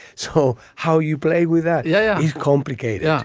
so how you play with that? yeah, he's complicated yeah